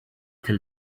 till